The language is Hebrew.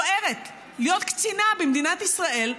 להיות קצינה במדינת ישראל,